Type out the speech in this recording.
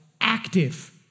active